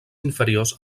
inferiors